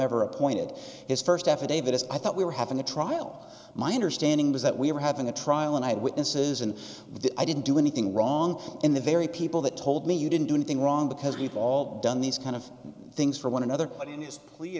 ever appointed his first affidavit as i thought we were having a trial my understanding was that we were having a trial and i had witnesses and the i didn't do anything wrong in the very people that told me you didn't do anything wrong because we've all done these kind of things for one another but in his plea